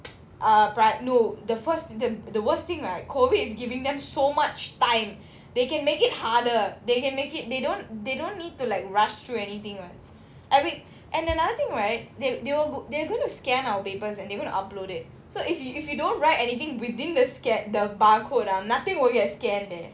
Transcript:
ah but no the first the the worst thing right COVID is giving them so much time they can make it harder they can make it they don't they don't need to like rush through anything [what] and wait and another thing right they they will go they're gonna scan our papers and they're gonna upload it so if you if you don't write anything within the scan the bar code ah nothing will get scanned leh